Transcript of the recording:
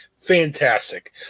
Fantastic